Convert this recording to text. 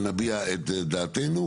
ונביע את דעתנו.